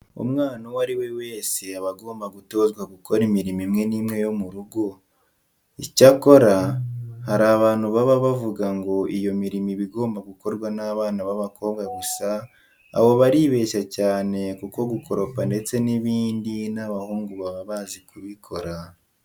Umwana uwo ari we wese aba agomba gutozwa gukora imirimo imwe n'imwe yo mu rugo. Icyakora hari abantu baba bavuga ngo iyo mirimo iba igomba gukorwa n'abana b'abakobwa gusa abo baribeshya cyane kuko gukoropa ndetse n'ibindi n'abahungu baba bazi kubikora.